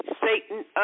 Satan